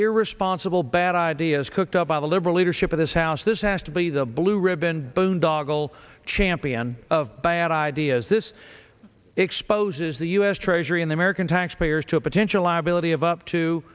irresponsible bad ideas cooked up by the liberal leadership of this house this has to be the blue ribbon boondoggle champion of bad ideas this exposes the u s treasury and american taxpayer to a potential liability of up to